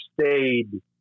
stayed